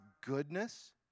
goodness